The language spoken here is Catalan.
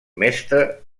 mestre